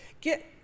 get